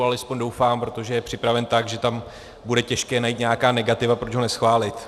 Alespoň doufám, protože je připraven tak, že tam bude těžké najít nějaká negativa, proč ho neschválit.